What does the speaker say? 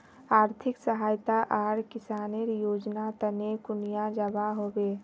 आर्थिक सहायता आर किसानेर योजना तने कुनियाँ जबा होबे?